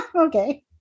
Okay